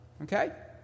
okay